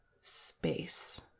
space